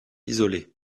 isolée